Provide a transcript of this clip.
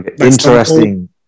interesting